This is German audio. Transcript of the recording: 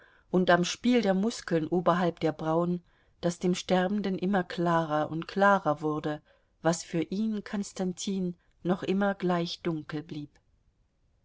und am spiel der muskeln oberhalb der brauen daß dem sterbenden immer klarer und klarer wurde was für ihn konstantin noch immer gleich dunkel blieb